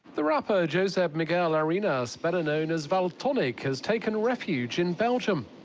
the rapper joseph miguel arenas, better known as valtonyc, has taken refuge in belgium.